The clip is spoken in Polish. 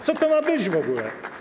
Co to ma być w ogóle?